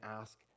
ask